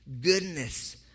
goodness